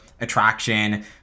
attraction